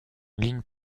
ligne